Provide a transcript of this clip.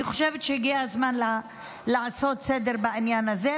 אני חושבת שהגיע הזמן לעשות סדר בעניין הזה.